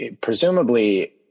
Presumably